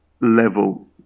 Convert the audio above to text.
level